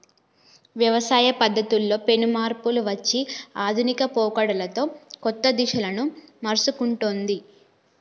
వ్యవసాయ పద్ధతుల్లో పెను మార్పులు వచ్చి ఆధునిక పోకడలతో కొత్త దిశలను మర్సుకుంటొన్ది